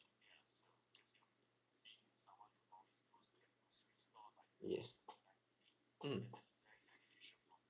yes mm